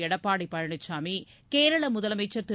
எடப்பாடி பழனிசாமி கேரள முதலமைச்சர் திரு